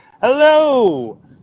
Hello